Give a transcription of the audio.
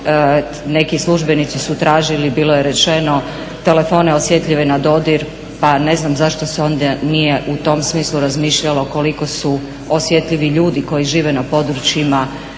neki službenici su tražili, bilo je rečeno, telefone osjetljive na dodir, pa ne znam zašto se onda nije u tom smislu razmišljalo koliko su osjetljivi ljudi koji žive na područjima